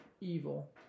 evil